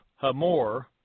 Hamor